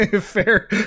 fair